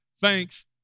Thanks